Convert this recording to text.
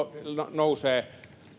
nousee